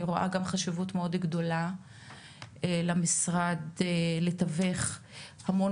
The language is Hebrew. אני רואה חשיבות מאוד גדולה למשרד לתווך המון